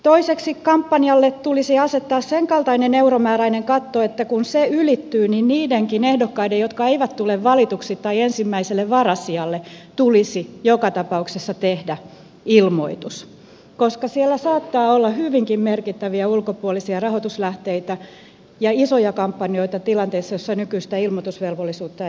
toiseksi kampanjalle tulisi asettaa sen kaltainen euromääräinen katto että kun se ylittyy niin niidenkin ehdokkaiden jotka eivät tule valituksi tai ensimmäiselle varasijalle tulisi joka tapauksessa tehdä ilmoitus koska siellä saattaa olla hyvinkin merkittäviä ulkopuolisia rahoituslähteitä ja isoja kampanjoita tilanteessa jossa nykyistä ilmoitusvelvollisuutta ei ole